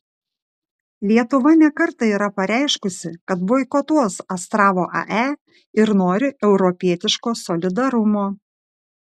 lietuva ne kartą yra pareiškusi kad boikotuos astravo ae ir nori europietiško solidarumo